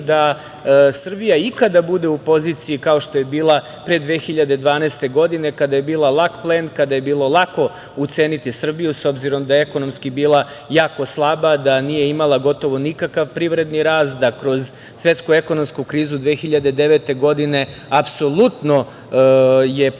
da Srbija ikada bude u poziciji kao što je bila pre 2012. godine, kada je bila lak plen, kada je bilo lako uceniti Srbiju, s obzirom da je ekonomski bila jako slaba, da nije imala gotovo nikakav privredni rast, da kroz svetsku ekonomsku krizu 2009. godine apsolutno je prolazila